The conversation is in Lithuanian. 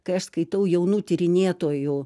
kai aš skaitau jaunų tyrinėtojų